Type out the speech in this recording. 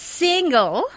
single